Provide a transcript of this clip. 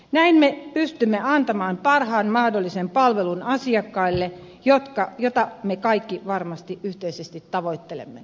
näin me pystymme antamaan parhaan mahdollisen palvelun asiakkaille mitä me kaikki varmasti yhteisesti tavoittelemme